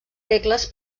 regles